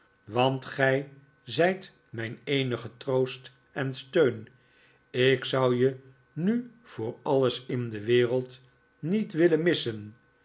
want gij zijt mijn eenige troost en steun ik zou je nu voor alles in de wereld niet willen missen